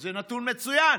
שזה נתון מצוין,